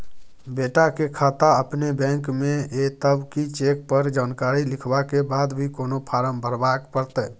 बेटा के खाता अपने बैंक में ये तब की चेक पर जानकारी लिखवा के बाद भी कोनो फारम भरबाक परतै?